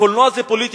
הקולנוע זה פוליטיקה.